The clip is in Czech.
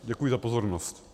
Děkuji za pozornost.